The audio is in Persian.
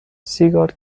سیگار